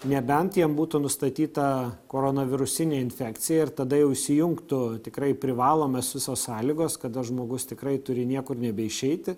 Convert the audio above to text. nebent jiem būtų nustatyta koronavirusinė infekcija ir tada jau įsijungtų tikrai privalomos visos sąlygos kada žmogus tikrai turi niekur nebeišeiti